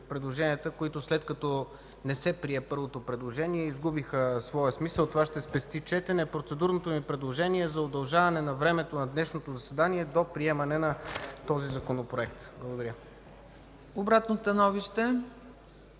които след като не се прие първото предложение, изгубиха своя смисъл. Това ще спести четене. Процедурното ми предложение е за удължаването на времето на днешното заседание до приемане на този Законопроект. Благодаря. ПРЕДСЕДАТЕЛ